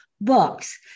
books